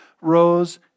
rose